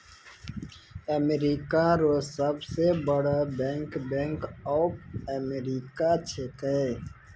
America रो सब से बड़ो बैंक बैंक ऑफ अमेरिका छैकै